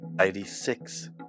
Eighty-six